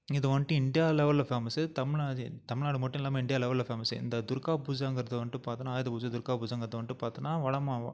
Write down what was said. இது வந்துட்டு இண்டியா லெவலில் ஃபேமஸ்ஸு தமிழ் தமிழ்நாடு மட்டும் இல்லாமல் இண்டியா லெவலில் ஃபேமஸ்ஸு இந்த துர்கா பூஜைங்கறது வந்துட்டு பார்த்தோன்னா ஆயுதபூஜை துர்கா பூஜைங்கறது வந்துட்டு பார்த்தோன்னா வல மா